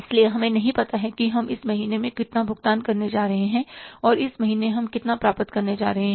इसलिए हमें नहीं पता कि हम इस महीने में कितना भुगतान करने वाले हैं और इस महीने हम कितना प्राप्त करने जा रहे हैं